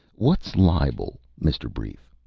what's libel, mr. brief?